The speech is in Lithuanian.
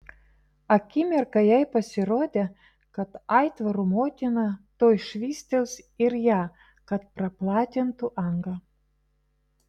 akimirką jai pasirodė kad aitvarų motina tuoj švystels ir ją kad praplatintų angą